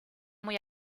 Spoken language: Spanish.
muy